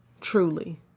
truly